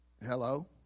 Hello